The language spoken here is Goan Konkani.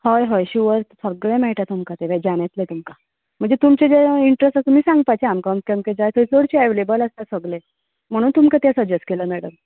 हय हय शिवर सगलें मेळटा तुमकां वेजान येतलें तुमकां म्हणजे तुमचें जे इंटरेस्ट आसा तुमी सांगपाचें आमकां अमकें अमकें जाय थंयसर चडशें अवेसेबल आसता चडशें सगलें म्हणून तुमकां तें सजेस्ट केलां मॅडम